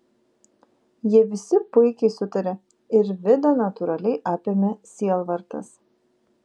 jie visi puikiai sutarė ir vidą natūraliai apėmė sielvartas